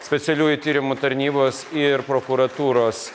specialiųjų tyrimų tarnybos ir prokuratūros